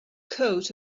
coat